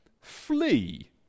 flee